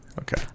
Okay